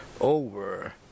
over